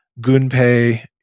Gunpei